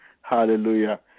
hallelujah